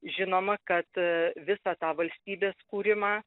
žinoma kad visą tą valstybės kūrimą